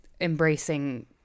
embracing